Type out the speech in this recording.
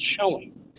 showing